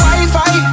Wi-Fi